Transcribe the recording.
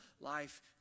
life